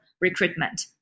recruitment